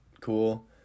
cool